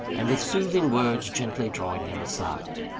and with soothing words gently drawing him aside.